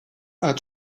are